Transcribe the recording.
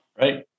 Right